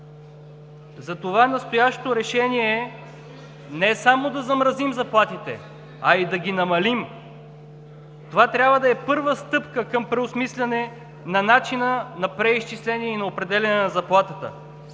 Затова настоящото решение е не само да замразим заплатите, а и да ги намалим! Това трябва да е първа стъпка към преосмисляне на начина на преизчисление и определяне на заплатата.